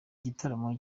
gitaramo